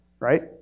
Right